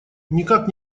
никак